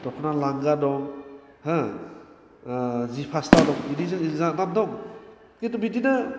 द'खना लांगा दं हो जि फास्रा दं बिदिनो जोंहा नाम दं खिनथु बिदिनो